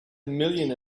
million